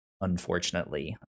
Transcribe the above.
unfortunately